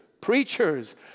preachers